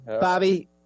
Bobby